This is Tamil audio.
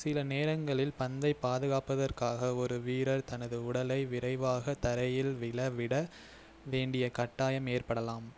சில நேரங்களில் பந்தை பாதுகாப்பதற்காக ஒரு வீரர் தனது உடலை விரைவாக தரையில் விழ விட வேண்டிய கட்டாயம் ஏற்படலாம்